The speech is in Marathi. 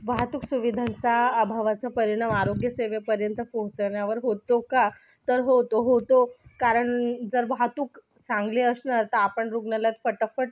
वाहतूक सुविधांचा अभावाचा परिणाम आरोग्य सेवेपर्यंत पोहोचवण्यावर होतो का तर होतो होतो कारण जर वाहतूक चांगली असणार तर आपण रुग्णालयात फटाफट